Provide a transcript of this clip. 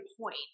point